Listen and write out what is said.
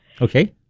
okay